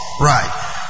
right